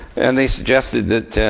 and they suggested that,